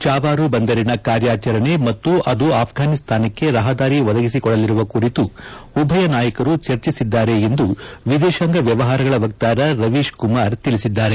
ಚಾಬಾರು ಬಂದರಿನ ಕಾರ್ಯಾಚರಣೆಯನ್ನು ಮತ್ತು ಅದು ಆಫ್ಟಾನಿಸ್ತಾನಕ್ಕೆ ರಹದಾರಿ ಒದಗಿಸಿಕೊಡಲಿರುವ ಕುರಿತು ಉಭಯ ನಾಯಕರು ಚರ್ಚೆಸಿದ್ದಾರೆ ಎಂದು ವಿದೇಶಾಂಗ ವ್ಯವಹಾರಗಳ ವಕ್ಕಾರ ರವೀಶ್ ಕುಮಾರ್ ತಿಳಿಸಿದ್ದಾರೆ